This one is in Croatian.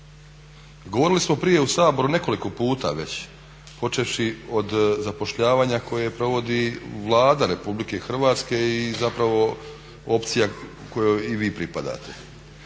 govorili smo prije u Saboru nekoliko puta već počevši od zapošljavanja koje provodi Vlada Republike Hrvatske i zapravo opcija kojoj i vi pripadate.